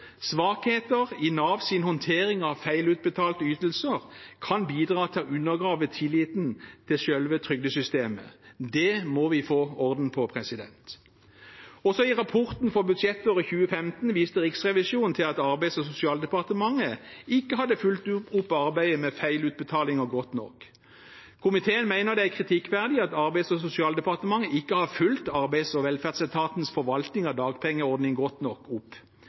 Svakheter i Navs håndtering av feilutbetalte ytelser kan bidra til å undergrave tilliten til selve trygdesystemet. Det må vi få orden på. Også i rapporten for budsjetter i 2015 viste Riksrevisjonen til at Arbeids- og sosialdepartementet ikke hadde fulgt opp arbeidet med feilutbetalinger godt nok. Komiteen mener det er kritikkverdig at Arbeids- og sosialdepartementet ikke har fulgt opp Arbeids- og velferdsetatens forvaltning av dagpengeordningen godt nok.